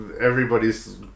Everybody's